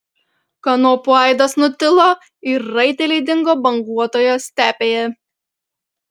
kanopų aidas nutilo ir raiteliai dingo banguotoje stepėje